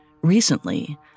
Recently